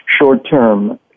short-term